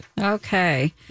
Okay